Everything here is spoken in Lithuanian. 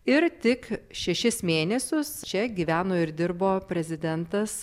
ir tik šešis mėnesius čia gyveno ir dirbo prezidentas